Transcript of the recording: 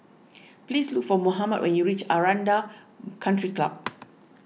please look for Mohammad when you reach Aranda Country Club